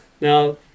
Now